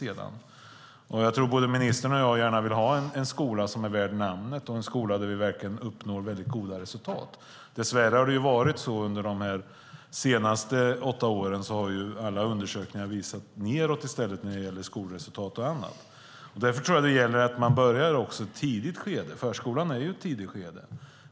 Jag tror att både ministern och jag gärna vill ha en skola som är värd namnet och en skola där vi verkligen uppnår väldigt goda resultat. Dess värre har alla undersökningar under de senaste åtta åren i stället visat nedåt när det gäller skolresultat och annat. Därför tror jag att det gäller att man börjar i ett tidigt skede, och förskolan är ett tidigt skede.